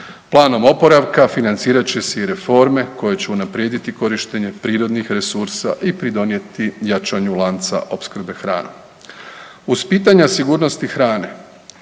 Planom oporavka financirat će se i reforme koje će unaprijediti korištenje prirodnih resursa i pridonijeti jačanju lanca opskrbe hranom. Uz pitanja sigurnosti hrane,